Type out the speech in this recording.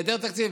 בהיעדר תקציב.